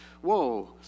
Whoa